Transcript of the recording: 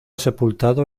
sepultado